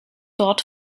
dort